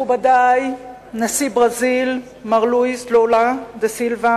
מכובדי נשיא ברזיל מר לואיס לולה דה סילבה,